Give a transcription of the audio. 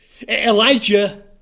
Elijah